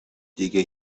دیگه